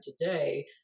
today